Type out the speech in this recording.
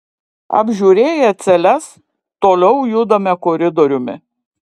apžiūrėję celes toliau judame koridoriumi